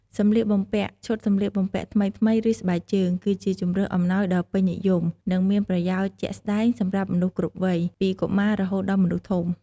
សម្លៀកបំពាក់ ឈុតសម្លៀកបំពាក់ថ្មីៗ ឬ ស្បែកជើង គឺជាជម្រើសអំណោយដ៏ពេញនិយម និងមានប្រយោជន៍ជាក់ស្តែងសម្រាប់មនុស្សគ្រប់វ័យ ពីកុមារ រហូតដល់មនុស្សធំ។